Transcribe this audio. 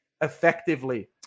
effectively